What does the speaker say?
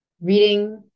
Reading